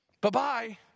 Bye-bye